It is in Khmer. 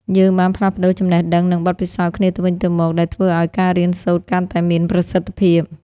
យើងបានផ្លាស់ប្តូរចំណេះដឹង និងបទពិសោធន៍គ្នាទៅវិញទៅមកដែលធ្វើឲ្យការរៀនសូត្រកាន់តែមានប្រសិទ្ធភាព។